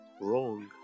wrong